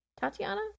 Tatiana